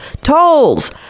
Tolls